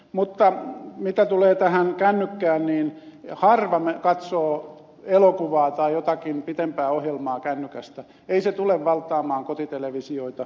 mutta mitä tulee kännykkään niin harva katsoo elokuvaa tai jotakin pitempää ohjelmaa kännykästä ei se tule valtaamaan kotitelevisioita